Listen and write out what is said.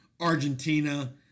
Argentina